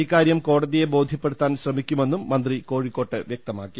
ഇക്കാര്യം കോടതിയെ ബോധ്യപ്പെടുത്താൻ ശ്രമിക്കുമെന്നും മന്ത്രി കോഴി ക്കോട്ട് വ്യക്തമാക്കി